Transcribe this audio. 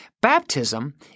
Baptism